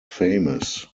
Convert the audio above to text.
famous